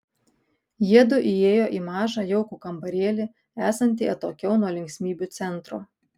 jiedu įėjo į mažą jaukų kambarėlį esantį atokiau nuo linksmybių centro